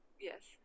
Yes